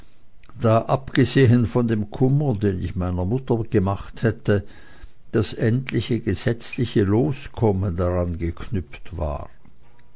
da abgesehen von dem kummer den ich meiner mutter gemacht hätte das endliche gesetzliche loskommen daran geknüpft war